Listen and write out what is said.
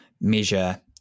measure